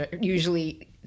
Usually